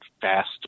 fast